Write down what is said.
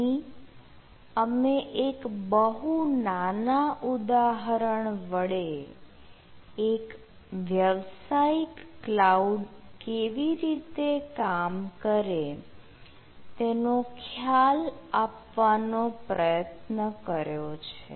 અહીં અમે એક બહુ નાના ઉદાહરણ વડે એક વ્યાવસાયિક ક્લાઉડ કેવી રીતે કામ કરે તેનો ખ્યાલ આપવાનો પ્રયત્ન કર્યો છે